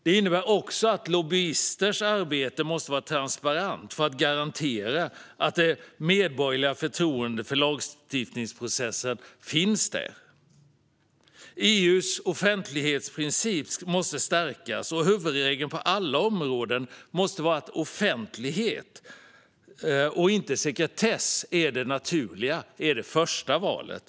Det innebär också att lobbyisters arbete måste vara transparent för att garantera det medborgerliga förtroendet för lagstiftningsprocessen. EU:s offentlighetsprincip måste stärkas, och huvudregeln på alla områden ska vara att offentlighet, inte sekretess, är det naturliga. Det är det första valet.